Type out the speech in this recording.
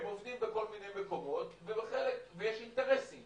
הם עובדים בכל מיני מקומות, ויש אינטרסים